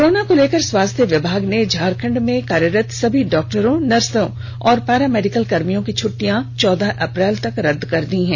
corona को लेकर स्वास्थ्य विभाग ने झारखंड में कार्यरत सभी डॉक्टरों नर्सों और पारा मेडिकल कर्मियों की छटिटयां चौदह अप्रैल तक रदद कर दी है